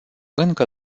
încă